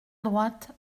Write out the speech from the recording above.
droite